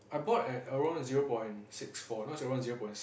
I bought at around zero point six four now it's around zero point seven